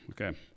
Okay